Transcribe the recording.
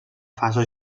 fase